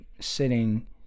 sitting